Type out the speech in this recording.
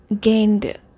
gained